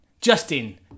Justin